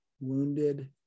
wounded